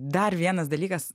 dar vienas dalykas